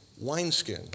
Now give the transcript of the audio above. wineskin